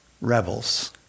rebels